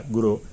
Guru